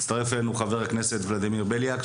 הצטרף אלינו חבר הכנסת ולדימיר בליאק,